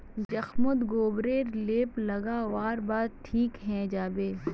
जख्म मोत गोबर रे लीप लागा वार बाद ठिक हिजाबे